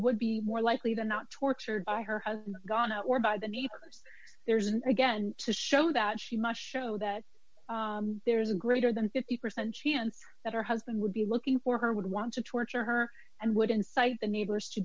would be more likely than not tortured by her husband gone or by the neighbors there's an again to show that she must show that there's a greater than fifty percent chance that her husband would be looking for her would want to torture her and would incite the neighbors to